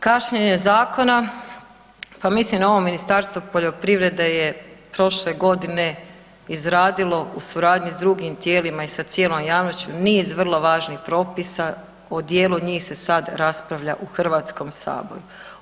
Kašnjenje zakona, pa mislim ovo Ministarstvo poljoprivrede je prošle godine izradilo u suradnji s drugim tijelima i sa cijelom javnošću niz vrlo važnih propisa, o dijelu njih se sada raspravlja u HS-u.